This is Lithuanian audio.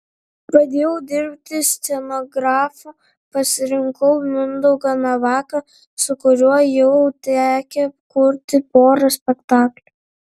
pradėjau dirbti scenografu pasirinkau mindaugą navaką su kuriuo jau tekę kurti porą spektaklių